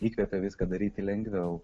įkvepia viską daryti lengviau